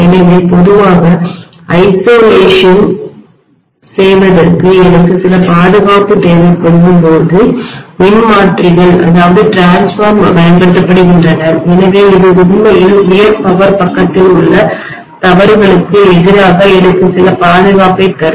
எனவே பொதுவாக ஐசொலேஷன் தனிமைப்படுத்தப் படுவதற்கு எனக்கு சில பாதுகாப்பு தேவைப்படும்போது டிரான்ஸ்ஃபார்மர் மின்மாற்றிகள் பயன்படுத்தப்படுகின்றன எனவே இது உண்மையில் உயர் பவர் பக்கத்தில் உள்ள தவறுகளுக்குஎதிராக எனக்கு சில பாதுகாப்பைத் தரும்